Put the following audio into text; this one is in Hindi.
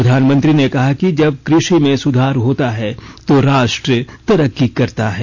प्रधानमंत्री ने कहा कि जब कृषि में सुधार होता है तो राष्ट्र तरक्की करता है